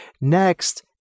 Next